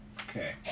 okay